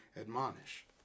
admonish